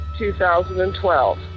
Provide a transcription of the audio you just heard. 2012